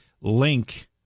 link